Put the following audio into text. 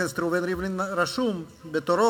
חבר הכנסת ראובן ריבלין רשום בתורו.